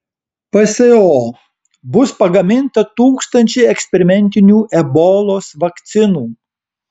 pso bus pagaminta tūkstančiai eksperimentinių ebolos vakcinų